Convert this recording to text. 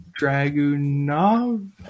Dragunov